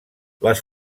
les